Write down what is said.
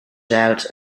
out